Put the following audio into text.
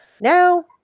Now